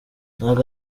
ntago